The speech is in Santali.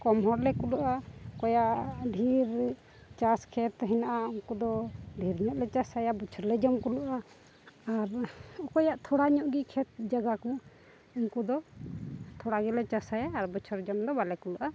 ᱠᱚᱢ ᱦᱚᱲ ᱞᱮ ᱠᱩᱞᱟᱹᱜᱼᱟ ᱚᱠᱚᱭᱟᱜ ᱰᱷᱮᱹᱨ ᱪᱟᱥ ᱠᱷᱮᱛ ᱦᱮᱱᱟᱜᱼᱟ ᱩᱱᱠᱩ ᱫᱚ ᱰᱷᱮᱹᱨ ᱧᱚᱜ ᱞᱮ ᱪᱟᱥ ᱟᱭᱟ ᱵᱚᱪᱷᱚᱨ ᱞᱮ ᱡᱚᱢ ᱠᱩᱞᱟᱹᱜᱼᱟ ᱟᱨ ᱚᱠᱚᱭᱟᱜ ᱛᱷᱚᱲᱟ ᱧᱚᱜ ᱜᱮ ᱠᱷᱮᱛ ᱡᱟᱭᱜᱟ ᱠᱚ ᱩᱱᱠᱩ ᱫᱚ ᱛᱷᱚᱲᱟ ᱜᱮᱞᱮ ᱪᱟᱥ ᱟᱭᱟ ᱟᱨ ᱵᱚᱪᱷᱚᱨ ᱡᱚᱢ ᱫᱚ ᱵᱟᱞᱮ ᱠᱩᱞᱟᱹᱜᱼᱟ